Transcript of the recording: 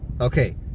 Okay